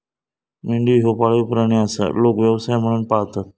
मेंढी ह्यो पाळीव प्राणी आसा, लोक व्यवसाय म्हणून पाळतत